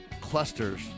clusters